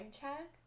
check